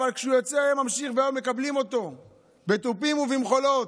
אבל כשהוא יוצא היה ממשיך והיו מקבלים אותו בתופים ובמחולות.